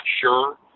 sure